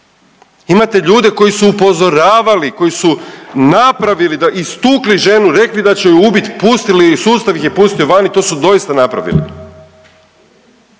Imate ljude koji su upozoravali, koji su napravili da, istukli ženu, rekli da će ju ubit, pustili sustav ih je pustio vani i to su doista napravili.